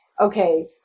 okay